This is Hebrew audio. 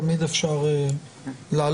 תמיד אפשר להעלות,